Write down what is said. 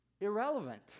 irrelevant